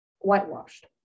whitewashed